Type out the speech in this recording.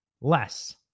less